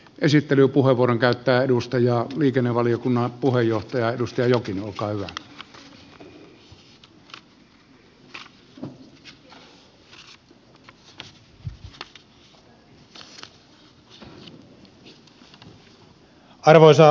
esittelypuheenvuoron käyttää edustaja liikennevaliokunnan puheenjohtaja edustaja arvoisa herra puhemies